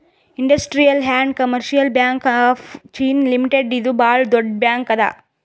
industrial and commercial bank of China limited ಇದು ಭಾಳ್ ದೊಡ್ಡ ಬ್ಯಾಂಕ್ ಅದಾ